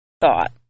thought